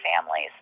families